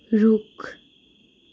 रुख